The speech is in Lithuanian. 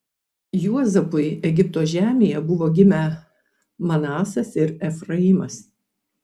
juozapui egipto žemėje buvo gimę manasas ir efraimas